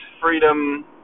freedom